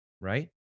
Right